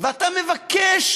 ואתה מבקש